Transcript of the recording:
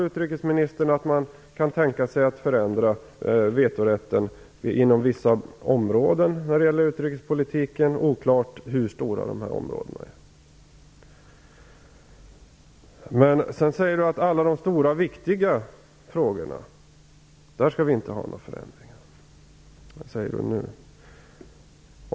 Utrikesministern svarar att man kan tänka sig att förändra vetorätten inom vissa områden när det gäller utrikespolitiken - oklart hur stora dessa områden är. Hon säger nu att det inte skall ske några förändringar i de stora viktiga frågorna.